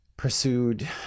pursued